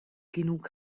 genug